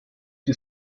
die